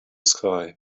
sky